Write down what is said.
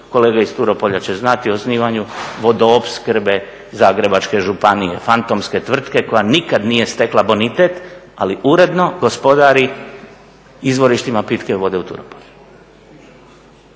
kolege iz Turopolja će znati, osnivanju Vodoopskrbe Zagrebačke županije, fantomske tvrtke koja nikada nije stekla bonitet ali uredno gospodari izvorištima pitke vode u Turopolju.